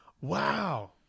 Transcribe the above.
Wow